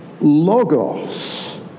Logos